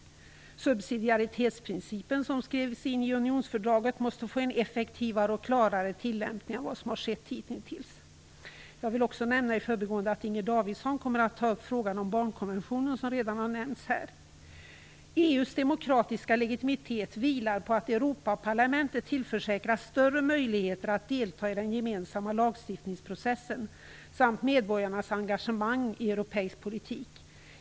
Subsidiaritetsprincipen, som skrevs in i unionsfördraget, måste få en effektivare och klarare tillämpning än den har fått hittills. Jag vill också nämna i förbigående att Inger Davidson kommer att ta upp frågan om barnkonventionen, som redan har nämnts här. EU:s demokratiska legitimitet vilar på att Europaparlamentet tillförsäkras större möjligheter att delta i den gemensamma lagstiftningsprocessen samt på medborgarnas engagemang i europeisk politik.